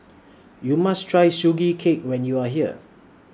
YOU must Try Sugee Cake when YOU Are here